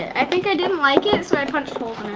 i think i didn't like it so i punched hole